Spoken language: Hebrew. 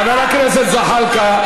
חבר הכנסת זחאלקה,